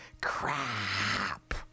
crap